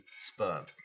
sperm